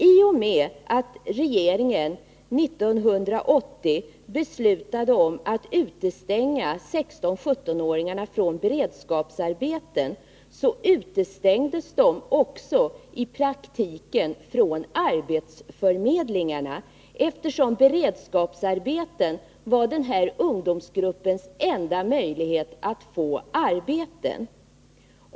I och med att regeringen 1980 beslutade utestänga 16-17-åringarna från beredskapsarbeten utestängdes de i praktiken också från arbetsförmedlingarna, eftersom beredskapsarbeten var den här ungdomsgruppens enda möjlighet att få arbete.